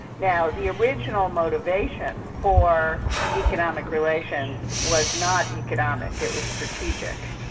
now the original motivation for economic relations was not economic, it was strategic.